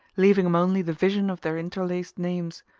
leaving him only the vision of their interlaced names,